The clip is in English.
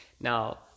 Now